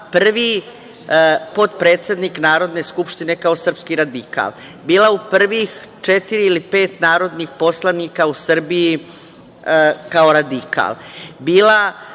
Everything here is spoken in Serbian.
prvi potpredsednik Narodne skupštine kao srpski radikal, bila u prvih četiri ili pet narodnih poslanika u Srbiji kao radikal, bila